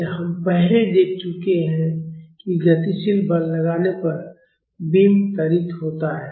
इसलिए हम पहले ही देख चुके हैं कि गतिशील बल लगाने पर बीम त्वरित होता है